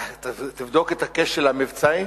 תבדוק את הכשל המבצעי?